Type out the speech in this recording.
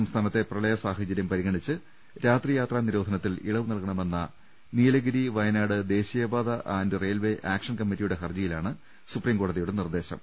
സംസ്ഥാനത്തെ പ്രളയ സാഹചര്യം പരിഗണിച്ച് രാത്രി യാത്രാ നിരോധനത്തിൽ ഇളവ് നൽകണമെന്ന നീലഗിരി വയ നാട് ദേശീയപാത ആന്റ് റെയിൽവേ ആക്ഷൻ കമ്മിറ്റിയുടെ ഹർജിയിലാണ് സുപ്രീംകോടതിയുടെ നിർദ്ദേശം